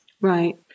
Right